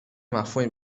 مفهومی